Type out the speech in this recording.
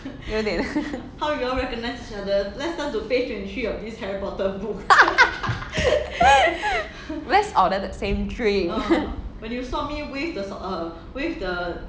有点 let's order the same drink